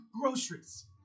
groceries